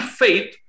faith